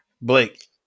Blake